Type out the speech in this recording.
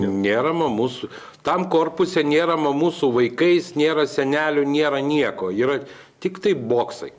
nėra mamų su tam korpuse nėra mamų su vaikais nėra senelių nėra nieko yra tiktai boksai